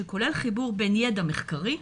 שכולל חיבור בין ידע מחקרי,